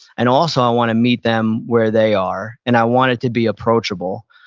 and also, i want to meet them where they are. and i want it to be approachable.